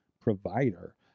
provider